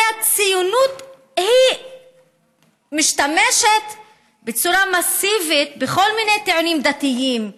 הרי הציונות משתמשת בצורה מסיבית בכל מיני טיעונים דתיים,